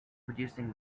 producing